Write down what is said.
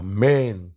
Amen